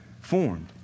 formed